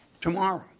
tomorrow